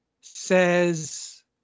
says